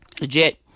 Legit